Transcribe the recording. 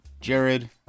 Jared